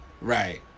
Right